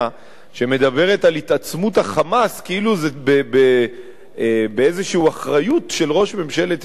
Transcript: על התעצמות ה"חמאס" כאילו זה באיזושהי אחריות של ראש ממשלת ישראל.